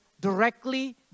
directly